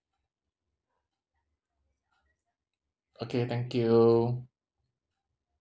okay thank you